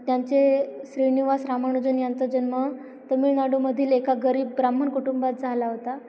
त्यांचे श्रीनिवास रामानुजन यांचा जन्म तमिळनाडूमधील एका गरीब ब्राह्मण कुटुंबात झाला होता